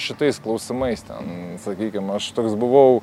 šitais klausimais ten sakykim aš toks buvau